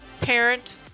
parent